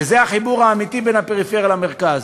וזה החיבור האמיתי בין הפריפריה למרכז.